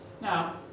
Now